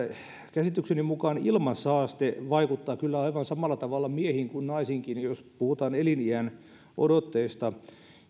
käsitykseni mukaan ilmansaaste vaikuttaa kyllä aivan samalla tavalla miehiin kuin naisiinkin jos puhutaan eliniänodotteesta